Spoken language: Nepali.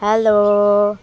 हेलो